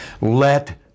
Let